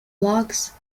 logs